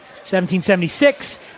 1776